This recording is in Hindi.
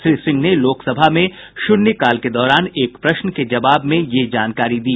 श्री सिंह ने लोकसभा में शून्य काल के दौरान एक प्रश्न के जवाब में यह जानकारी दी